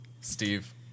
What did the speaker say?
Steve